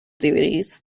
duties